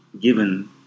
given